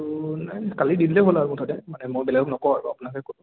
এইটো নাই নাই কালি দি দিলেই হ'ল আৰু মুঠতে মানে মই বেলেগক নকওঁ আৰু আপোনাকে ক'লো